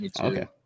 Okay